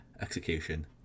execution